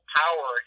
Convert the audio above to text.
power